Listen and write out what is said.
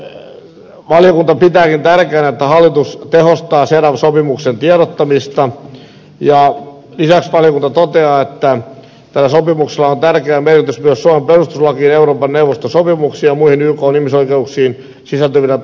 valiokunta pitääkin tärkeänä että hallitus tehostaa cedaw sopimuksen tiedottamista ja lisäksi valiokunta toteaa että tällä sopimuksella ja muihin ykn ihmisoikeuksiin sisältyvillä tasa arvosäännöksillä ja naisten syrjinnän kiellolla on tärkeä merkitys myös suomen perustuslakiin ja euroopan neuvosto sopimuksiin